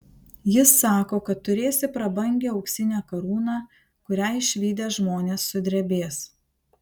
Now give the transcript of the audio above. jis sako kad turėsi prabangią auksinę karūną kurią išvydę žmonės sudrebės